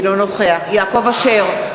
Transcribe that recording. אינו נוכח יעקב אשר,